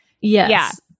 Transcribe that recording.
Yes